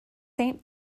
saint